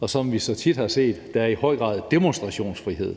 og som vi så tit har set det, er der i høj grad demonstrationsfrihed.